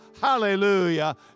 hallelujah